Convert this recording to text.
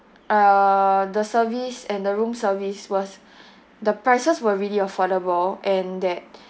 uh the service and the room service was the prices were really affordable and that